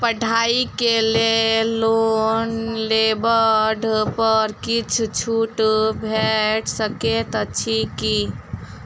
पढ़ाई केँ लेल लोन लेबऽ पर किछ छुट भैट सकैत अछि की?